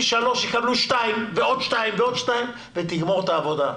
שלוש יקבלו שתיים ועוד שתיים ותגמור את העבודה.